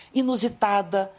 inusitada